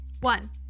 One